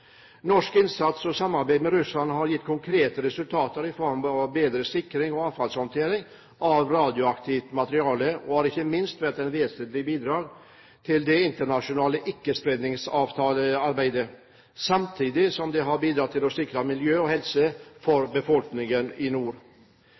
Norsk innsats og samarbeid med Russland har gitt konkrete resultater i form av bedre sikring og avfallshåndtering av radioaktivt materiale, og har ikke minst vært et vesentlig bidrag til det internasjonale ikkespredningsavtalearbeidet, samtidig som det har bidratt til å sikre miljø og helse for